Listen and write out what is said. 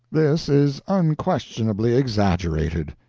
this is unquestionably exaggerated.